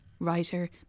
Writer